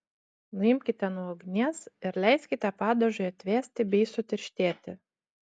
nuimkite nuo ugnies ir leiskite padažui atvėsti bei sutirštėti